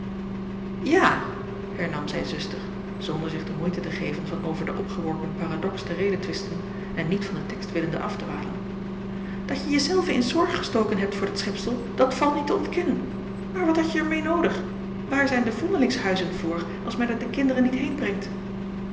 ja hernam zijn zuster zonder zich de moeite te geven van over den opgeworpen paradox te redetwisten en niet van den text willende afdwalen datje je zelven in zorg gestoken hebt voor dat schepsel dat valt niet te ontkennen maar wat hadje er meê noodig waar zijn de vondelingshuizen voor als men er de kinderen niet